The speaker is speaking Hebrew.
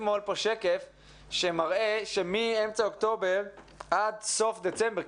אתמול פה שקף שמראה שמאמצע אוקטובר עד סוף דצמבר,